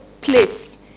place